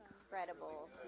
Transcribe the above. incredible